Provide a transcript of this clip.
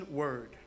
word